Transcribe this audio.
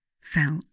felt